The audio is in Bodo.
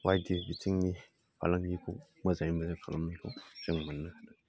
बायदि बिथिंनि फालांगिखौ मोजाङै मोजां खालामनायखौ जोङो मोननो हादों